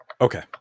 Okay